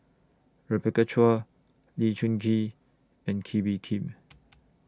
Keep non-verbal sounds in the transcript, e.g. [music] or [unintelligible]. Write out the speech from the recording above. Rebecca Chua Lee Choon [unintelligible] and Kee Bee Khim